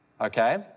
okay